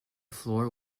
floor